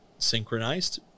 synchronized